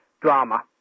drama